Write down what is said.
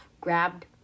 grabbed